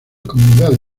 comunidades